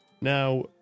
now